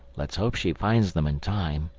let's hope she finds them in time.